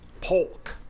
Polk